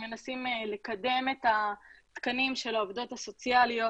מנסים לקדם את התקנים של העובדות הסוציאליות